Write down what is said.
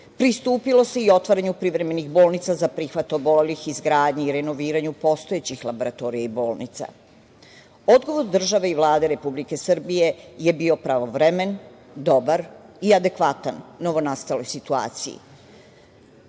Pristupilo se i otvaranju privremenih bolnica za prihvat obolelih, izgradnji i renoviranju postojećih laboratorija i bolnica. Odgovor države i Vlade Republike Srbije je bio pravovremen, dobar i adekvatan novonastaloj situaciji.